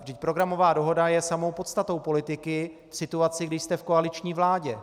Vždyť programová dohoda je samou podstatou politiky v situaci, kdy jste v koaliční vládě.